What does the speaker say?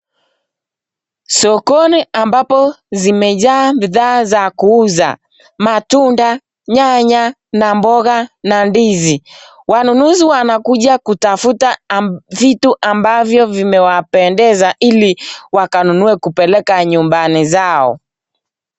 Sokoni ambapo zimejaa bidhaa za kuuza matunda, nyanya na mboga na ndizi. Wanunuzi wanakuja kutafuta vitu ambavyo vimewapendeza ili wakanunue kupeleka nyumbani zao.